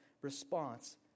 response